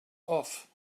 off